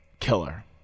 killer